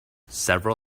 several